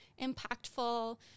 impactful